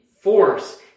force